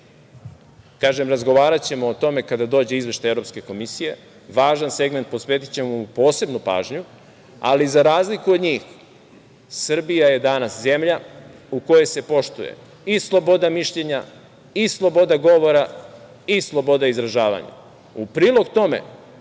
kažem, razgovaraćemo o tome kada dođe izveštaj Evropske komisije, važan segment, posvetićemo mu posebnu pažnju, ali za razliku od njih Srbija je danas zemlja u kojoj se poštuje i sloboda mišljenja i sloboda govora i sloboda izražavanja.U prilog tome,